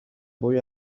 boy